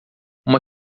uma